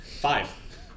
five